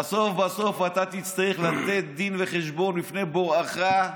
בסוף בסוף אתה תצטרך לתת דין וחשבון לפני בוראך,